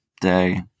day